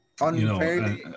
unfairly